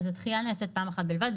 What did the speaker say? הדחייה נעשית פעם אחת בלבד,